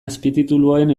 azpitituluen